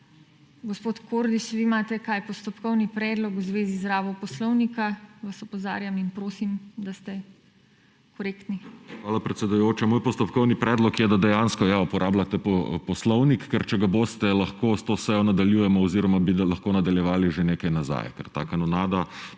Gospod Kordiš, vi imate – kaj? Postopkovni predlog v zvezi z rabo poslovnika? Vas opozarjam in prosim, da ste korektni. **MIHA KORDIŠ (PS Levica):** Hvala, predsedujoča. Moj postopkovni predlog je, da dejansko, ja, uporabljate poslovnik. Ker če ga boste, lahko s to sejo nadaljujemo oziroma bi lahko nadaljevali že nekaj nazaj, kar taka kanonada